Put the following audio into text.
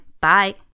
Bye